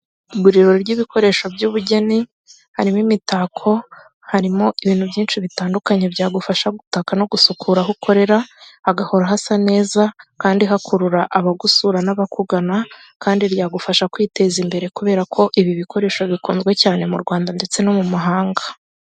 Iguriro ry'ibikoresho by'ubugeni, harimo imitako, harimo ibintu byinshi bitandukanye byagufasha gutaka no gusukura aho ukorera, hagahora hasa neza, kandi hakurura abagusura n'abakugana, kandi ryagufasha kwiteza imbere, kubera ko ibi bikoresho bikunzwe cyane mu Rwanda, ndetse no mu mahanga.